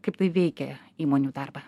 kaip tai veikia įmonių darbą